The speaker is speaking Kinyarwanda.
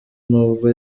nubwo